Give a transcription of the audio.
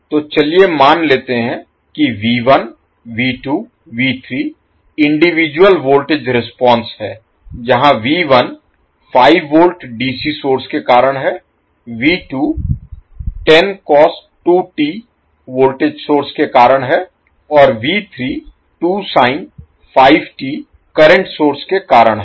तो चलिए मान लेते हैं कि इंडिविजुअल वोल्टेज रिस्पांस है जहां 5 V dc सोर्स के कारण है 10 cos2t वोल्टेज सोर्स के कारण है और 2 sin5t करंट सोर्स के कारण है